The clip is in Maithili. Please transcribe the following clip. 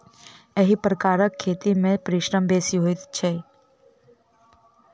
एहि प्रकारक खेती मे परिश्रम बेसी होइत छै